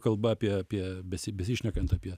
kalba apie apie besi besišnekant apie